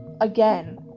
Again